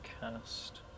cast